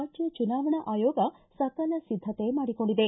ರಾಜ್ಯ ಚುನಾವಣಾ ಆಯೋಗ ಸಕಲ ಸಿದ್ದತೆ ಮಾಡಿಕೊಂಡಿದೆ